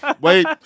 Wait